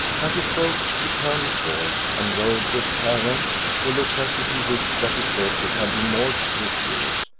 as he spoke he turned his horse, and rode with clarence, who looked as if he wished that his lordship had been more scrupulous,